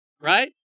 right